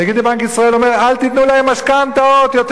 נגיד בנק ישראל אומר: אל תיתנו להם משכנתאות יותר